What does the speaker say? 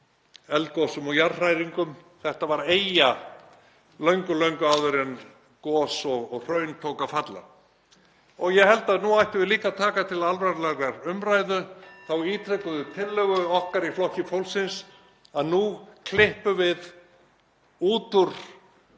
eldgosum og jarðhræringum. Þetta var eyja löngu áður en gos og hraun tóku að falla. Ég held að nú ættum við líka að taka til alvarlegrar umræðu þá ítrekuðu tillögu okkar í Flokki fólksins að nú klippum við út úr